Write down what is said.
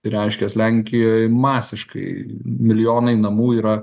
reiškias lenkijoj masiškai milijonai namų yra